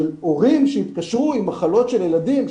של הורים שיתקשרו עם מחלות של ילדים,